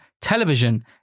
television